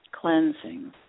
cleansing